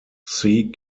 sea